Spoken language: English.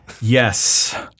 Yes